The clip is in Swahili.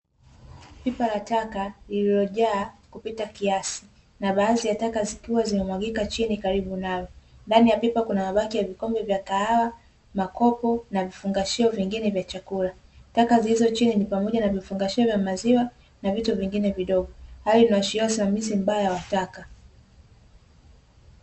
Pipa la taka lililojaa kupita kiasi na baadhi ya taka zikiwa zimemwagika chini karibu nayo ndani ya pipa kuna mabaki ya vikombe vya kahawa, makopo na vifungashio vingine vya chakula. Taka zilizo chini ni pamoja na vifungashio vya maziwa na vitu vingine vidogo, hali inayo ashiria usimamizi mbaya wa taka.